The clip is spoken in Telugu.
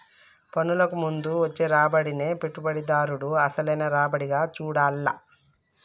పన్నులకు ముందు వచ్చే రాబడినే పెట్టుబడిదారుడు అసలైన రాబడిగా చూడాల్ల